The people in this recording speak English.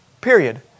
period